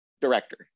director